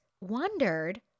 wondered